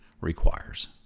requires